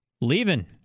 leaving